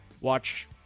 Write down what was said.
watch